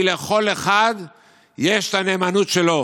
כי לכל אחד יש את הנאמנות שלו.